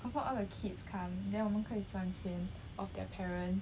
confirm all the kids come then 我们可以赚钱 off their parents